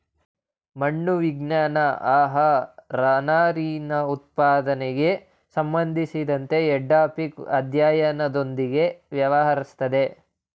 ಮಣ್ಣು ವಿಜ್ಞಾನ ಆಹಾರನಾರಿನಉತ್ಪಾದನೆಗೆ ಸಂಬಂಧಿಸಿದಎಡಾಫಿಕ್ಅಧ್ಯಯನದೊಂದಿಗೆ ವ್ಯವಹರಿಸ್ತದೆ